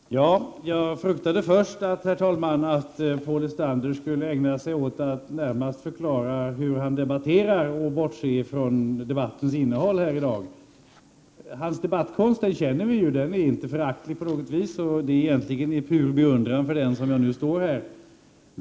Herr talman! Jag fruktade först att Paul Lestander skulle ägna sig åt att närmare förklara hur han debatterar och bortse från debattens innehåll. Paul Lestanders debattkonst känner vi till, den är inte på något vis föraktlig. Det är egentligen av pur beundran för den som jag nu står här.